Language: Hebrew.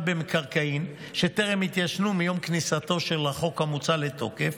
במקרקעין שטרם התיישנו ביום כניסתו של החוק המוצע לתוקף,